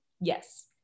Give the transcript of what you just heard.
yes